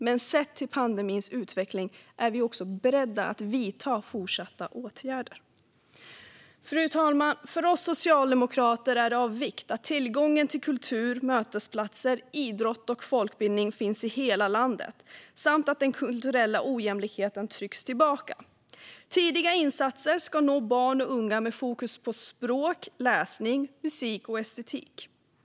Men sett till pandemins utveckling är vi också beredda att vidta fortsatta åtgärder. Fru talman! För oss socialdemokrater är det av vikt att det finns tillgång till kultur, mötesplatser, idrott och folkbildning i hela landet samt att den kulturella ojämlikheten trycks tillbaka. Tidiga insatser med fokus på språk, läsning, musik och estetik ska nå barn och unga.